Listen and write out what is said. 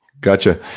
Gotcha